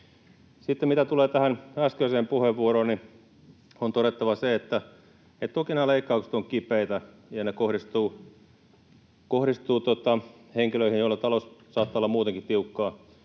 Sitten mitä tulee tähän äskeiseen puheenvuoroon, niin on todettava se, että toki nämä leikkaukset ovat kipeitä ja ne kohdistuvat henkilöihin, joilla talous saattaa olla muutenkin tiukkaa.